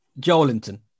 Joelinton